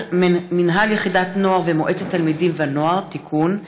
(מנהל יחידת נוער ומועצת תלמידים ונוער) (תיקון),